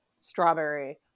strawberry